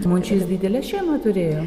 mončys didelę šeimą turėjo